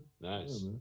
nice